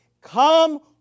Come